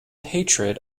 hatred